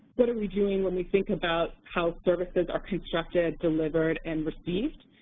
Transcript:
what are we doing when we think about how services are constructed, delivered, and received?